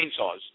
chainsaws